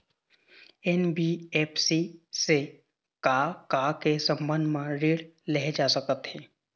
NBFC से का का के संबंध म ऋण लेहे जा सकत हे?